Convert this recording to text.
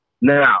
Now